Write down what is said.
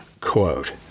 quote